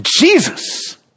Jesus